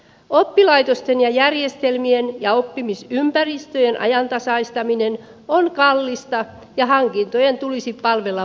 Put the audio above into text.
oppilaitosten ja järjestelmien ja oppimisympäristöjen ajantasaistaminen on kallista ja hankintojen tulisi palvella vuosikymmeniä